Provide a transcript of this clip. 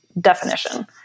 definition